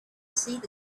see